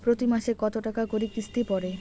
প্রতি মাসে কতো টাকা করি কিস্তি পরে?